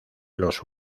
los